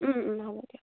হ'ব দিয়ক